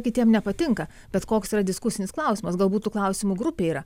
kitiem nepatinka bet koks yra diskusinis klausimas galbūt tų klausimų grupė yra